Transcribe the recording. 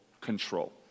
control